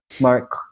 Mark